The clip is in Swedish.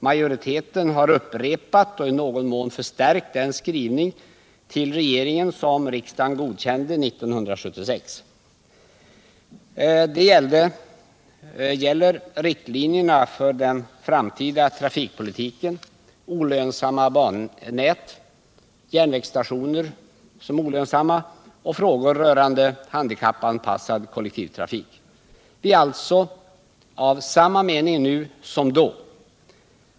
Majoriteten har upprepat och i någon mån förstärkt den skrivning till regeringen som riksdagen godkände 1976. Den gäller riktlinjerna för den framtida trafikpolitiken, olönsamma bannät, olönsamma järnvägsstationer samt frågor rörande handikappanpassad kollektivtrafik. Vi är alltså av samma mening nu som då.